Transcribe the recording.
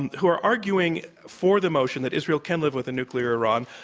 and who are arguing for the motion that israel can live with a nuclear iran.